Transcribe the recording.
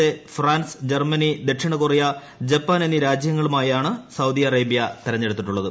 A France Germany ദക്ഷിണകൊറിയ Japan എന്നീ രാജ്യങ്ങളെയാണ് സൌദി അറേബ്യ തെരഞ്ഞെടുത്തിട്ടുള്ളത്